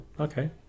Okay